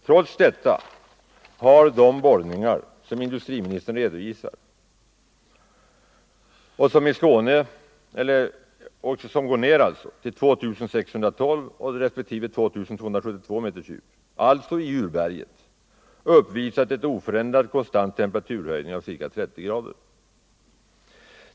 Trots detta har de borrningar som industriministern redovisat och som går ned till 2 612 respektive 2 672 meters djup, alltså i urberget, påvisat en oförändrat konstant temperaturhöjning av ca 30 grader.